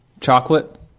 chocolate